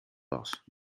was